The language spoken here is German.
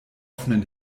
offenen